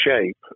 shape